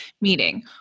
Meeting